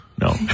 No